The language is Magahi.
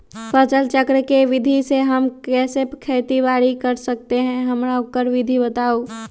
फसल चक्र के विधि से हम कैसे खेती कर सकलि ह हमरा ओकर विधि बताउ?